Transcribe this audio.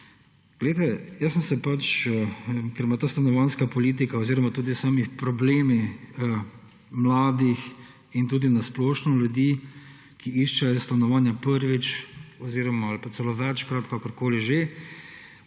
Jaz sem se pač, ker me ta stanovanjska politika oziroma tudi sami problemi mladih, in tudi na splošno ljudi, ki iščejo stanovanja prvič oziroma ali pa celo večkrat, kakorkoli že